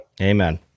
Amen